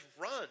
run